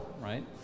right